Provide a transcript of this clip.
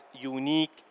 unique